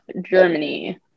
germany